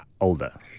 older